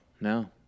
No